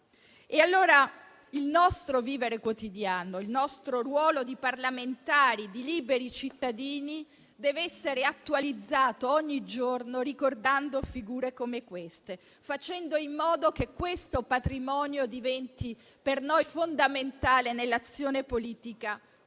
il nostro vivere quotidiano e il nostro ruolo di parlamentari e di liberi cittadini devono essere attualizzati ogni giorno, ricordando figure come queste e facendo in modo che tale patrimonio diventi per noi fondamentale nell'azione politica quotidiana.